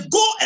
go